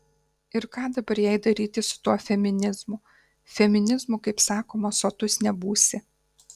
ir ką dabar jai daryti su tuo feminizmu feminizmu kaip sakoma sotus nebūsi